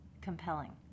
Compelling